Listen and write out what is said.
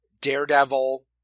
Daredevil